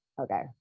Okay